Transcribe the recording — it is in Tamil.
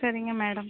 சரிங்க மேடம்